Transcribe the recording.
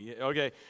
Okay